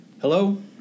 Hello